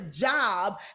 job